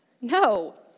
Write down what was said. No